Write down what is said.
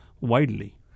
widely